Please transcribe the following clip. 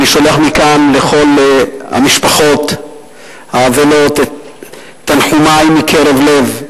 אני שולח מכאן לכל המשפחות האבלות את תנחומי מקרב לב,